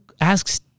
asks